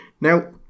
Now